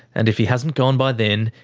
and if he hasn't gone by then,